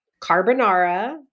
carbonara